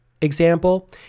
example